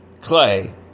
clay